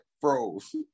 froze